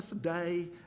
day